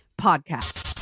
Podcast